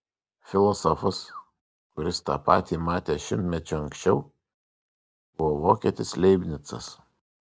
filosofas kuris tą patį matė šimtmečiu anksčiau buvo vokietis leibnicas